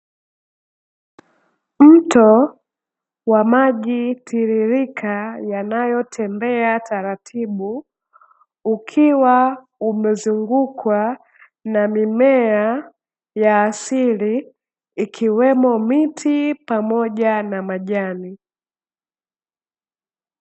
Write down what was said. Mto wa maji tiririka yanayo tembea taratibu, ukiwa umezungukwa na mimea ya asili ikiwemo miti pamoja na majani.